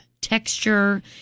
texture